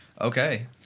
Okay